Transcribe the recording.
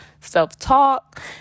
self-talk